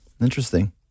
interesting